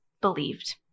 believed